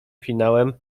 finałem